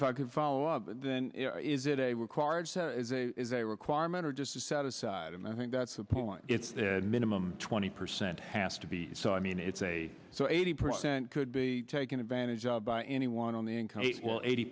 if i can follow up then is it a required is a requirement or just a set aside and i think that's the point it's the minimum twenty percent has to be so i mean it's a so eighty percent could be taken advantage of by anyone on the income eighty